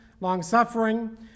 longsuffering